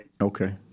Okay